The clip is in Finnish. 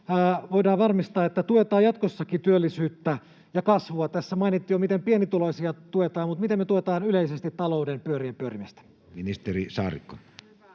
voidaan varmistaa, että tuetaan jatkossakin työllisyyttä ja kasvua? Tässä mainittiin jo, miten pienituloisia tuetaan, mutta miten me tuetaan yleisesti talouden pyörien pyörimistä? [Speech 113]